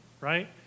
right